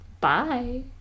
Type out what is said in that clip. Bye